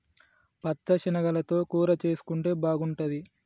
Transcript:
పచ్చ శనగలతో కూర చేసుంటే బాగుంటది